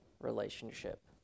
relationship